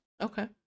Okay